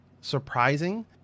surprising